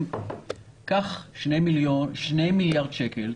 קח 2 מיליארד שקל,